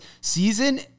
season